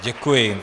Děkuji.